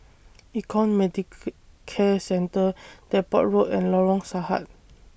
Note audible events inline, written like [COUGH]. Econ [UNINTELLIGIBLE] Care Centre Depot Road and Lorong Sahad